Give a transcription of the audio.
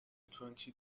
twenty